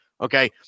Okay